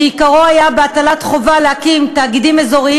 שעיקרו היה הטלת חובה להקים תאגידים אזוריים